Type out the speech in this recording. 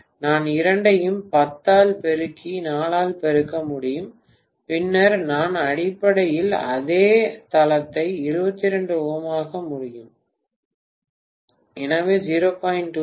நான் இரண்டையும் 10 ஆல் பெருக்கி 4 ஆல் பெருக்க முடியும் பின்னர் நான் அடிப்படையில் அதே தளத்தை 22ῼ பெற முடியும் எனவே 0